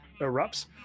erupts